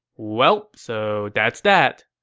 welp, so that's that.